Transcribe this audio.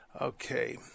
Okay